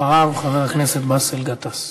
אחריו, חבר הכנסת באסל גטאס.